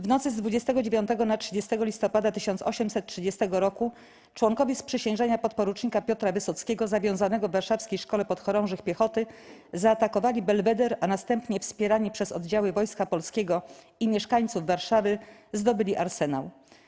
W nocy z 29 na 30 listopada 1830 roku członkowie sprzysiężenia podporucznika Piotra Wysockiego zawiązanego w warszawskiej Szkole Podchorążych Piechoty zaatakowali Belweder, a następnie wspierani przez oddziały wojska polskiego i mieszkańców Warszawy zdobyli Arsenał.